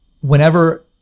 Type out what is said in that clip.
Whenever